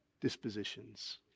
dispositions